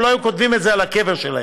הם לא היו כותבים את זה על הקבר שלהם.